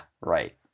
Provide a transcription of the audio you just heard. right